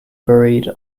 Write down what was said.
buried